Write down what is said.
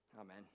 Amen